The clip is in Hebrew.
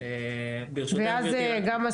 אבל תכלס אין את הוועדה הזאת יותר,